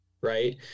right